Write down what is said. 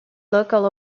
local